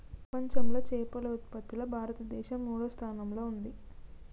ప్రపంచంలా చేపల ఉత్పత్తిలా భారతదేశం మూడో స్థానంలా ఉంది